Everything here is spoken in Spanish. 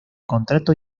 contrato